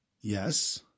Yes